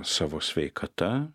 savo sveikata